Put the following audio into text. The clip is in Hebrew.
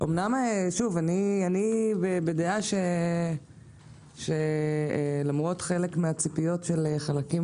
אני בדעה שלמרות חלק מהציפיות של חלקים